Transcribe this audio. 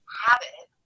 habit